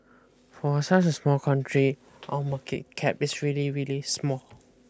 for such a small country our market cap is really really small